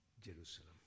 Jerusalem